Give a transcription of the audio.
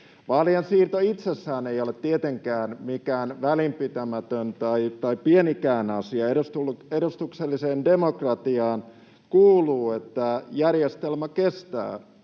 Vaalien siirto itsessään ei ole tietenkään mikään välinpitämätön tai pienikään asia. Edustukselliseen demokratiaan kuuluu, että järjestelmä kestää